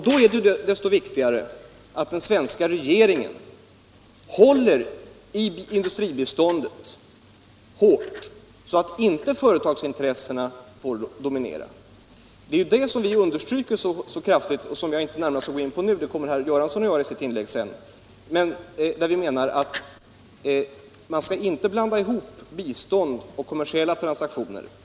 Desto viktigare är det då att den svenska regeringen håller hårt i industribiståndet så att inte företagsintressena får dominera, och det är det som vi understryker så kraftigt; jag skall inte gå in närmare på det nu, eftersom herr Göransson kommer att ta upp det i sitt inlägg. Vi menar emellertid att man inte skall blanda ihop bistånd och kommersiella transaktioner.